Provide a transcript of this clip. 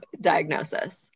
diagnosis